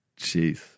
Jeez